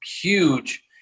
huge